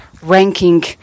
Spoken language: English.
ranking